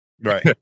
right